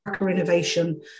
innovation